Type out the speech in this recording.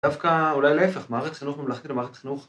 ‫דווקא אולי להפך, מערכת חנוך, ‫ממלכתי למערכת חנוך.